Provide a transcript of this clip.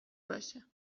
باشه